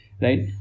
right